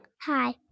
Hi